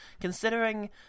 considering